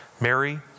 Mary